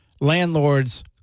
landlords